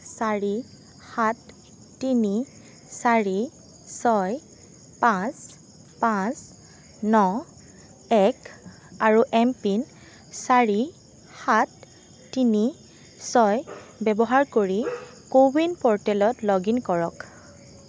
চাৰি সাত তিনি চাৰি ছয় পাঁচ পাঁচ ন এক আৰু এমপিন চাৰি সাত তিনি ছয় ব্যৱহাৰ কৰি ক'ৱিন পৰ্টেলত লগ ইন কৰক